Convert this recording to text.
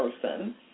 person